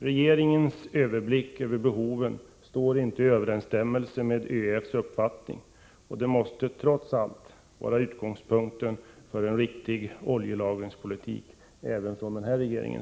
Regeringens överblick över behoven står inte i överensstämmelse med ÖEF:s uppfattning. Det måste trots allt vara utgångspunkten för en riktig oljelagringspolitik även för den här regeringen.